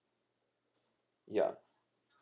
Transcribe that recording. ya